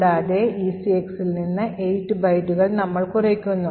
കൂടാതെ ECXൽ നിന്ന് 8 ബൈറ്റുകൾ നമ്മൾ കുറയ്ക്കുന്നു